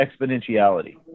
exponentiality